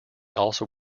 also